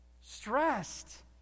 stressed